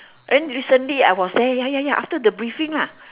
then recently I was there ya ya ya after the briefing lah